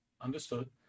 Understood